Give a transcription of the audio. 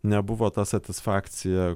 nebuvo ta satisfakcija